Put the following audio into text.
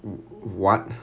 what